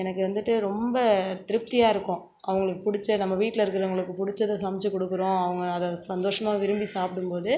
எனக்கு வந்துட்டு ரொம்ப திருப்தியாக இருக்கும் அவங்களுக்கு பிடிச்ச நம்ம வீட்டில் இருக்கிறவங்களுக்கு பிடிச்சத சமைத்து கொடுக்குறோம் அவங்க அதை சந்தோசமாக விரும்பி சாப்பிடும் போது